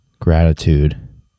gratitude